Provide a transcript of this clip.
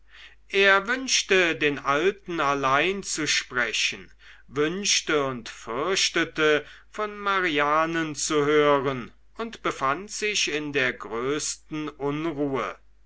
er wünschte den alten allein zu sprechen wünschte und fürchtete von marianen zu hören und befand sich in der größten unruhe